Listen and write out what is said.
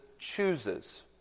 Chooses